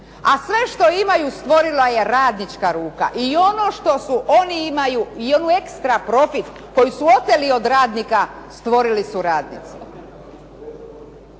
a sve što imaju stvorila je radnička ruka. I ono što su oni imaju i ekstra profit koji su oteli od radnika stvorili su radnici.